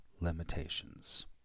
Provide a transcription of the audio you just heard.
limitations